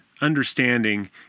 understanding